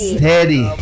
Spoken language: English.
Steady